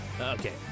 Okay